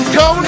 go